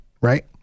Right